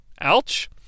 Ouch